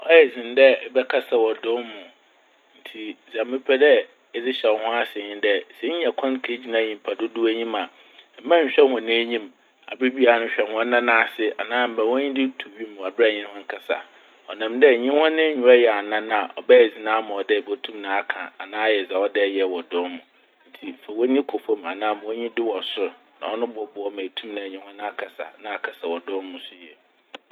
Ɔyɛ dzen dɛ ɛbɛkasa wɔ dɔm mu. Ntsi dza mepɛ dɛ edze hyɛ wo ho ase nye dɛ sɛ inya kwan kegyina nyimpa dodow enyim a, mannhwɛ hɔn enyim. Aber biara hwɛ hɔn anan ase anaa ma w'enyi do to wim wɔ ber a enye hɔn rekasa. Ɔnam dɛ enye hɔn enyiwa yɛ anan a, ɔbɛyɛ dzen ama wo dɛ ebotum aka anaa ayɛ dza ɔwɔ dɛ eyɛ wɔ dɔm no mu. Ntsi fa w'enyi kɔ famu anaa ma w'enyi do wɔ sor, ɔno bɔboa wo ma etum ɛnye hɔn akasa na akasa wɔ dɔm mu so yie.